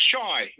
shy